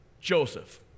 Joseph